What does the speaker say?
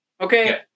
okay